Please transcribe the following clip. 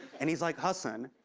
and he's like, hasan,